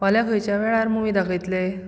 फाल्यां खंयच्या वेळार मुव्ही दाखयतले